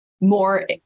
more